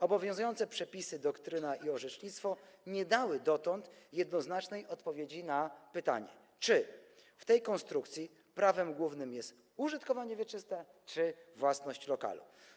Obowiązujące przepisy, doktryna i orzecznictwo nie dały dotąd jednoznacznej odpowiedzi na pytanie, czy w tej konstrukcji prawem głównym jest użytkowanie wieczyste, czy własność lokalu.